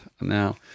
now